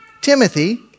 Timothy